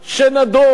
שנדון,